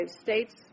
states